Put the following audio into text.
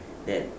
that